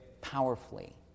Powerfully